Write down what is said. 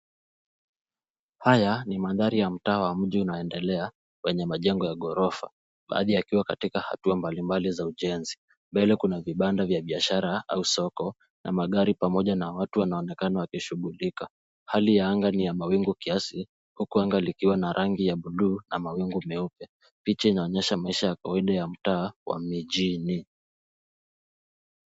Haya ni magari ya mtaa wa mji unaendelea ,kwenye majengo ya ghorofa. Baadhi yakiwa katika hatua mbali mbali za ujenzi. Mbele Kuna vibanda vya biashara au soko, na magari pamoja na watu wanaonekana wakishughulika. Hali ya anga ni ya mawingu kiasi huku anga likiwa na rangi ya blue na mawingu meupe .Picha inaonyesha maisha kawaida ya mtaa wa mijini.